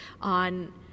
on